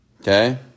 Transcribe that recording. Okay